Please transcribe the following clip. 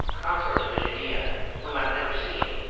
consort of a jinneeyeh whom i've never seen,